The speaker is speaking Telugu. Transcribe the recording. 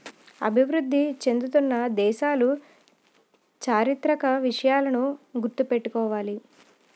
అభివృద్ధి చెందుతున్న దేశాలు చారిత్రక విషయాలను గుర్తు పెట్టుకోవాలి